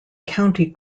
county